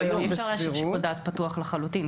אי אפשר להשאיר שיקול דעת פתוח לחלוטין.